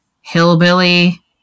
hillbilly